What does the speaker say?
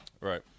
Right